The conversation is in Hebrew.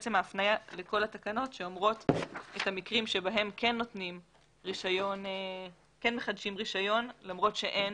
זאת בעצם הפניה לכל התקנות לגבי המקרים בהם כן מחדשים רישיון למרות שאין